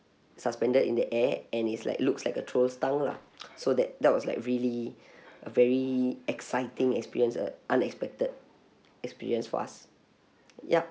suspended in the air and it's like looks like a troll's tongue lah so that that was like really very exciting experience uh unexpected experience for us yup